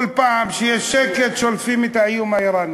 כל פעם שיש שקט שולפים את האיום האיראני.